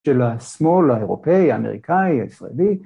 של השמאל האירופאי האמריקאי הישראלי